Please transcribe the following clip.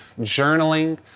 journaling